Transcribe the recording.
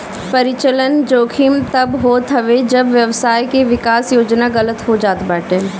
परिचलन जोखिम तब होत हवे जब व्यवसाय के विकास योजना गलत हो जात बाटे